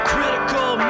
Critical